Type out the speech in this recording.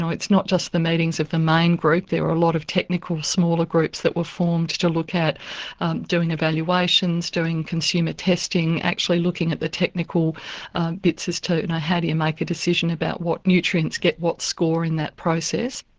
so it's not just the meetings of the main group, there are a lot of technical smaller groups that were formed to look at doing evaluations, doing consumer testing, actually looking at the technical bits as to how do you make a decision about what nutrients get what score in that process.